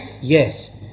yes